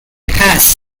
has